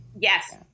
Yes